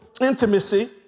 Intimacy